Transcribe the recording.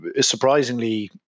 surprisingly